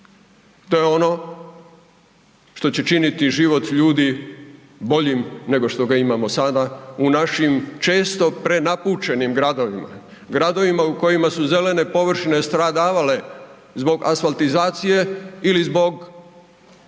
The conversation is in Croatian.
To je ono što će činiti život ljudi boljim nego što ga imamo sada u našim često prenapučenim gradovima, gradovima u kojima su zelene površine stradavale zbog asfaltizacije ili zbog,